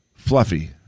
Fluffy